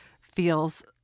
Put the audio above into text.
feels